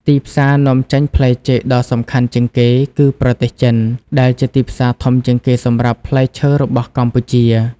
ទីផ្សារនាំចេញផ្លែចេកដ៏សំខាន់ជាងគេគឺ ប្រទេសចិន ដែលជាទីផ្សារធំជាងគេសម្រាប់ផ្លែឈើរបស់កម្ពុជា។